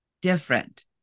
different